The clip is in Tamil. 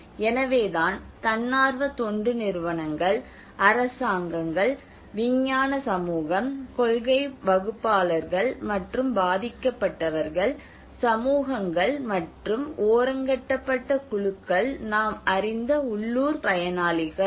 எனவேதான் தன்னார்வ தொண்டு நிறுவனங்கள் அரசாங்கங்கள் விஞ்ஞான சமூகம் கொள்கை வகுப்பாளர்கள் மற்றும் பாதிக்கப்பட்டவர்கள் சமூகங்கள் மற்றும் ஓரங்கட்டப்பட்ட குழுக்கள் நாம் அறிந்த உள்ளூர் பயனாளிகள்